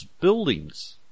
buildings